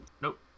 Nope